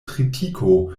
tritiko